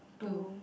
two